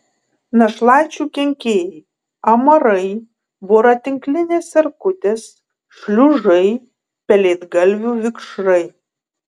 našlaičių kenkėjai amarai voratinklinės erkutės šliužai pelėdgalvių vikšrai